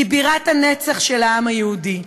היא בירת הנצח של העם היהודי.